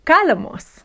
Calamos